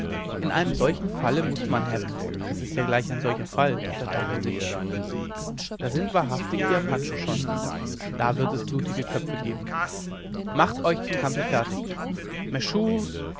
in einem solchen falle muß man heavens da ist ja gleich ein solcher fall unterbrach er sich da sind wahrhaftig die apachen schon da wird es blutige köpfe geben macht euch zum kampfe fertig